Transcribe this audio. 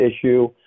issue